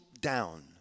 down